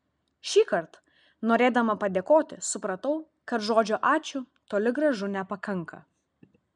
šįkart norėdama padėkoti supratau kad žodžio ačiū toli gražu nepakanka